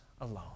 alone